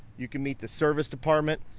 you can meet the service department.